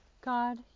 god